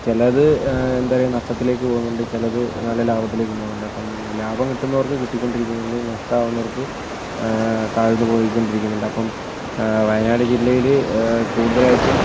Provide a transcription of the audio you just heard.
ചിലത് എന്താ പറയാ നഷ്ടത്തിലേക്ക് പോകുന്നുണ്ട് ചിലത് നല്ല ലാഭത്തിലേക്കും പോകുന്നുണ്ട് അപ്പം ലാഭം കിട്ടുന്നവർക്ക് കിട്ടിക്കൊണ്ടിരിക്കുന്നുണ്ട് നഷ്ടമാകുന്നവർക്ക് താഴ്ന്നു പോയിക്കൊണ്ടിരിക്കുന്നുണ്ട് അപ്പം വയനാട് ജില്ലയിൽ കൂടുതലായിട്ടും